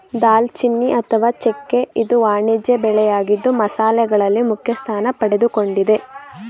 ದಾಲ್ಚಿನ್ನಿ ಅಥವಾ ಚೆಕ್ಕೆ ಇದು ವಾಣಿಜ್ಯ ಬೆಳೆಯಾಗಿದ್ದು ಮಸಾಲೆಗಳಲ್ಲಿ ಮುಖ್ಯಸ್ಥಾನ ಪಡೆದುಕೊಂಡಿದೆ